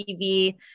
TV